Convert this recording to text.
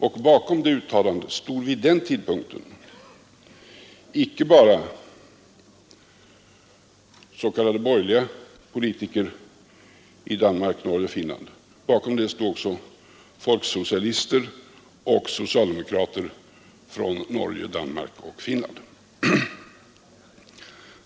Och bakom uttalandet stod vid den tidpunkten icke bara Åktenskapslagstiftningen m.m. s.k. borgerliga politiker i Danmark, Norge och Finland — bakom det stod också folksocialister och socialdemokrater från Norge, Danmark och Finland.